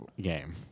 game